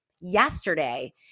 yesterday